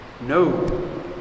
No